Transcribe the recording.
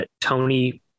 Tony